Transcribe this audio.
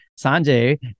Sanjay